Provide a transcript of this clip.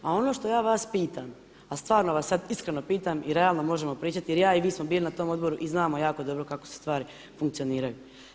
A oon što ja vas pitam, a stvarno vas sada iskreno pitam i realno možemo pričati jer i ja i vi smo bili na tom odboru i znamo jako dobro kako stvari funkcioniraju.